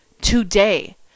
today